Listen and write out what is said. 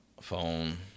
phone